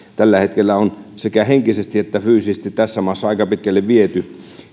tällä hetkellä on sekä henkisesti että fyysisesti tässä maassa aika pitkälle viety